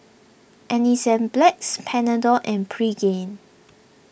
Enzyplex Panadol and Pregain